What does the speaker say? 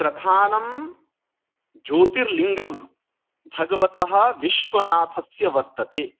प्रधानं ज्योतिर्लिङ्गं भगवतः विश्वनाथस्य वर्तते